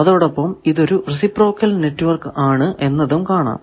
അതോടൊപ്പം ഇതൊരു reciprocal network ആണ് എന്നതും കാണാം